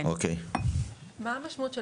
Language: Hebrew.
מהי המשמעות של